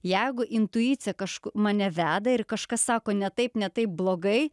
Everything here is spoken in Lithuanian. jeigu intuicija kažku mane veda ir kažkas sako ne taip ne taip blogai